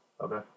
Okay